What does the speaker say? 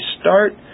start